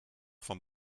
vom